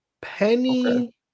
Penny